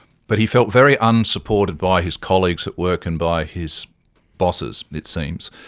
but he felt very unsupported by his colleagues at work and by his bosses, it seems,